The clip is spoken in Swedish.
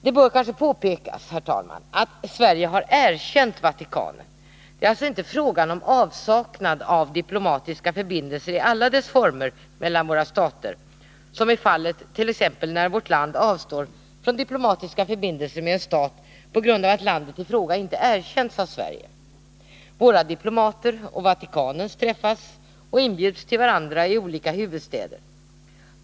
Det bör kanske påpekas, herr talman, att Sverige har erkänt Vatikanen. Det är alltså inte fråga om avsaknad av diplomatiska förbindelser i alla dess former mellan våra stater, såsom är fallet t.ex. när vårt land avstår från diplomatiska förbindelser med en stat på grund av att landet i fråga inte erkänts av Sverige. Våra diplomater och Vatikanens träffas och inbjuds till varandra i olika huvudstäder.